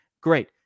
Great